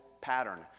pattern